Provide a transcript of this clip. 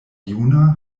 juna